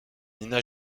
nina